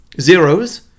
zeros